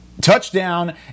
touchdown